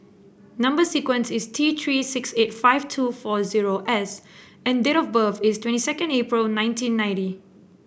number sequence is T Three six eight five two four zero S and date of birth is twenty second April nineteen ninety